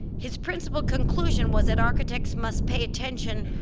his principal conclusion was that architects must pay attention,